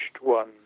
one